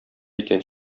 икән